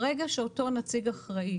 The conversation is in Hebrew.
ברגע שאותו נציג אחראי